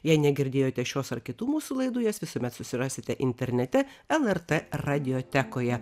jei negirdėjote šios ar kitų mūsų laidų jas visuomet susirasite internete lrt radiotekoje